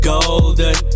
Golden